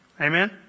Amen